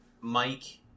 Mike